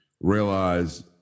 realize